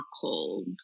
cold